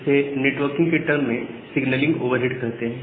इसे नेटवर्किंग के टर्म में सिगनलिंग ओवरहेड कहते हैं